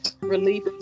relief